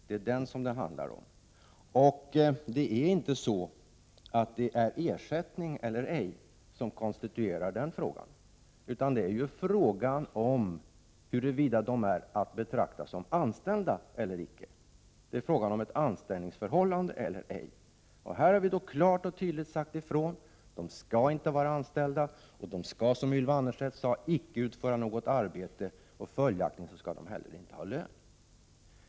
Det är inte frågan om huruvida ersättning utgår eller ej som konstituerar den ställningen utan huruvida de är att betrakta som anställda eller inte. Det är frågan om det föreligger ett anställningsförhållande eller ej. Här har vi klart och tydligt sagt ifrån: eleverna skall inte vara anställda och de skall inte, som Ylva Annerstedt sade, utföra något arbete och följaktligen inte heller ha lön.